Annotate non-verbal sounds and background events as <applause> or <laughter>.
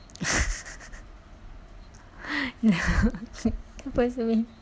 <laughs> no lepasni